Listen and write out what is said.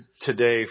today